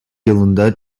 yılında